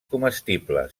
comestible